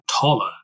taller